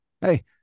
hey